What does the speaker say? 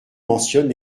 mentionne